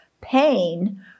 pain